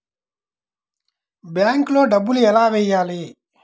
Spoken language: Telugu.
బ్యాంక్లో డబ్బులు ఎలా వెయ్యాలి?